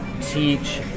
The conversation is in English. teach